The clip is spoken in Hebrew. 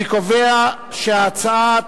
אני קובע שהצעת,